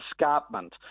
escarpment